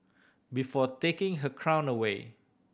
before taking her crown away